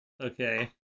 Okay